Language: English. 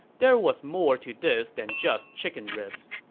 there was more to this than just chicken ribs.